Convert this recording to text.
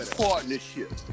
partnership